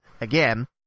again